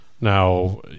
Now